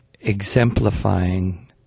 exemplifying